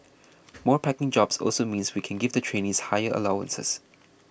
more packing jobs also means we can give the trainees higher allowances